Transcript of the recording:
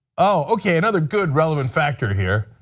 ah okay another good relevant factor here.